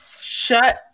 Shut